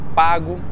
pago